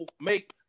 make